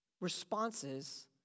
responses